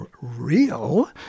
real